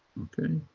okay,